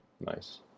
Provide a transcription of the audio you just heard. Nice